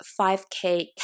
5k